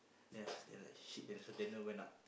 then upstairs like shit that's why Daniel went up